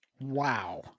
Wow